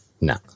No